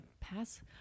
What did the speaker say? pass